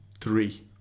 three